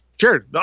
Sure